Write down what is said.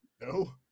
no